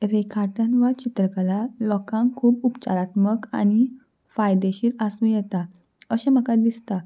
रेखाटन वा चित्रकला लोकांक खूब उपचारात्मक आनी फायदेशीर आसूं येता अशें म्हाका दिसता